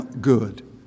good